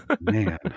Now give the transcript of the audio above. Man